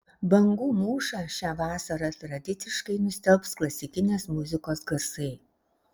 bangų mūšą šią vasarą tradiciškai nustelbs klasikinės muzikos garsai